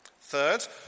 Third